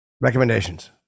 recommendations